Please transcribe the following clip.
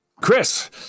Chris